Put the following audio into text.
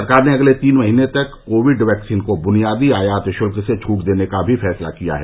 सरकार ने अगले तीन महीने तक कोविड वैक्सीन को बुनियादी आयात शुल्क से छूट देने का भी फैसला किया है